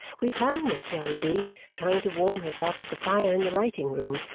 we found miss jellyby trying to warm herself at the fire in the writing-room,